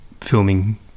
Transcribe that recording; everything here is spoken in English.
filming